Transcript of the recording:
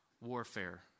warfare